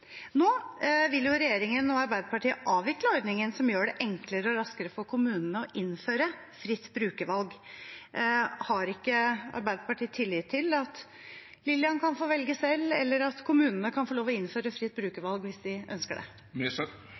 Nå vil regjeringen og Arbeiderpartiet avvikle ordningen som gjør det enklere og raskere for kommunene å innføre fritt brukervalg. Har ikke Arbeiderpartiet tillit til at Lillian kan velge selv, eller at kommunene kan få lov til å innføre fritt brukervalg hvis de ønsker det?